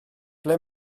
ble